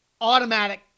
automatic